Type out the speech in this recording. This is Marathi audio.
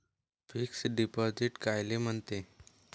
फिक्स डिपॉझिट कायले म्हनते?